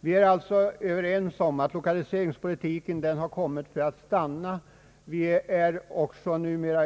Vi är alltså överens om att lokaliseringspolitiken har kommit för att stanna. Vi är numera också